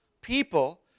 people